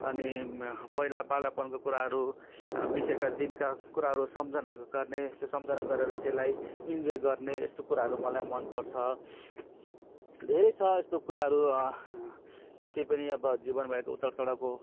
अनि पहिला बालापनको कुराहरू बितेका दिनका कुराहरू सम्झना गर्ने त्यो सम्झना गरेर त्यसलाई इन्जोई गर्ने यस्तो कुराहरू मलाई मनपर्छ धेरै छ यस्तो कुराहरू जति पनि अब जीवन भएको उतारचढाउको